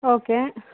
okay